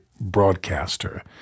broadcaster